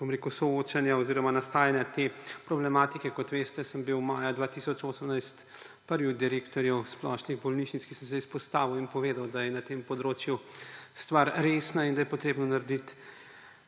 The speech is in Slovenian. soočanja oziroma nastajanja te problematike. Kot veste, sem bil maja 2018 prvi od direktorjev splošnih bolnišnic, ki sem izpostavil in povedal, da je na tem področju stvar resna in da je potrebno narediti